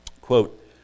quote